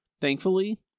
Thankfully